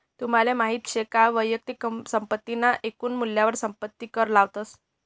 तुमले माहित शे का वैयक्तिक संपत्ती ना एकून मूल्यवर संपत्ती कर लावतस